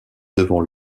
devant